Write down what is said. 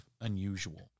unusual